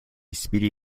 speedy